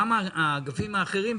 גם האגפים האחרים,